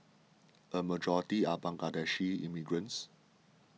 a majority are Bangladeshi immigrants